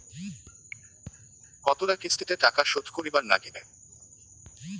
কতোলা কিস্তিতে টাকা শোধ করিবার নাগীবে?